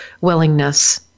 willingness